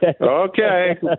okay